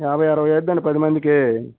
యాభై అరవై అవుతుందాండి పదిమందికి